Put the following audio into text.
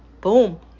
boom